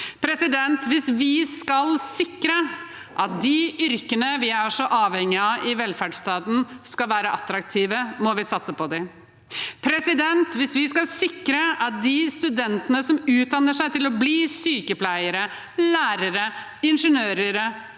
2024 Hvis vi skal sikre at de yrkene vi er så avhengig av i velferdsstaten, skal være attraktive, må vi satse på dem. Hvis vi skal sikre at de studentene som utdanner seg til å bli sykepleiere, lærere, ingeniører